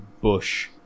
bush